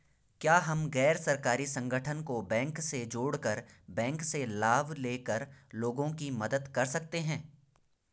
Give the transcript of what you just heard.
क्या हम गैर सरकारी संगठन को बैंक से जोड़ कर बैंक से लाभ ले कर लोगों की मदद कर सकते हैं?